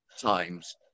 times